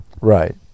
Right